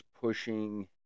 pushing